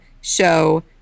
show